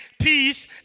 peace